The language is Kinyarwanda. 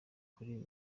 kuri